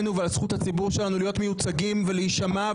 אלה דברים שצריכים לדון עליהם עד ההצבעה ולשנות אותם,